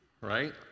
right